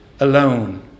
alone